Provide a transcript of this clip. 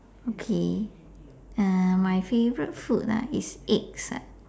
okay uh my favorite food ah is eggs ah